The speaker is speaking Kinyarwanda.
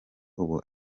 ubu